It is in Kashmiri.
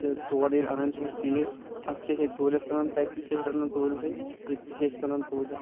تہٕ تورٕ ییٚلہِ اَنَان چھِ أسۍ تیٖرۍ پَتہٕ چھِ أسۍ ییٚتہِ توٗلِتھ کٕنَان تَتہِ تہِ چھِ أسۍ رَٹَان توٗلتھٕے ییٚتہِ تہِ چھِ أسۍ کٕنَان توٗلِتھ